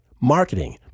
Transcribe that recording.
marketing